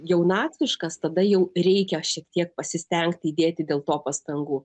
jaunatviškas tada jau reikia šiek tiek pasistengti įdėti dėl to pastangų